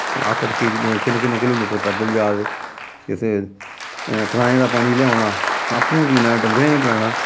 अट्ठ अट्ठ केईं किन्ने किन्ने किलोमीटर पैदल जा दे जित्थै तलाएं दा पानी लेऔना आपूं बी पीना डंगरें बी पलैना